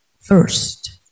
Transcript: first